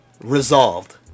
resolved